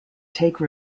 take